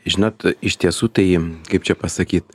žinot iš tiesų tai kaip čia pasakyt